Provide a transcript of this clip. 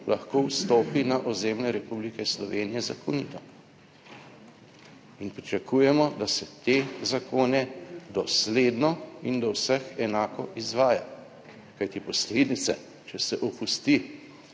lahko vstopi na ozemlje Republike Slovenije zakonito. In pričakujemo, da se te zakone dosledno in do vseh enako izvaja. Kajti posledice, če se opusti